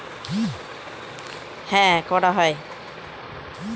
গোটা ভারতে সাস্টেইনেবল কৃষিকাজ পালন করা হয়